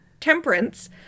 temperance